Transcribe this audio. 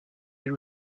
elle